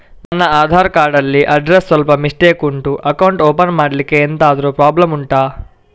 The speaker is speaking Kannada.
ನನ್ನ ಆಧಾರ್ ಕಾರ್ಡ್ ಅಲ್ಲಿ ಅಡ್ರೆಸ್ ಸ್ವಲ್ಪ ಮಿಸ್ಟೇಕ್ ಉಂಟು ಅಕೌಂಟ್ ಓಪನ್ ಮಾಡ್ಲಿಕ್ಕೆ ಎಂತಾದ್ರು ಪ್ರಾಬ್ಲಮ್ ಉಂಟಾ